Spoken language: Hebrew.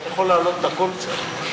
אתה יכול להעלות את הקול קצת?